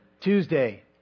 Tuesday